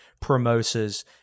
promoters